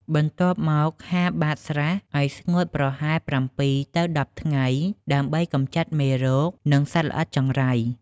បន្ទាប់មក ហាលបាតស្រះឲ្យស្ងួតប្រហែល ៧ ទៅ ១០ ថ្ងៃ ដើម្បីកម្ចាត់មេរោគ និងសត្វល្អិតចង្រៃ។